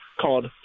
called